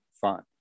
fun